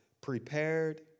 prepared